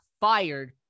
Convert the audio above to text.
fired